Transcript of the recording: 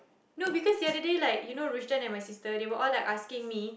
no because the other day like you know Rushdan and my sister they were all like asking me